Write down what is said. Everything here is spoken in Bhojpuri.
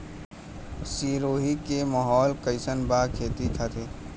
सिरोही के माहौल कईसन बा खेती खातिर?